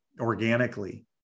organically